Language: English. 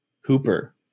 Hooper